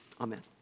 amen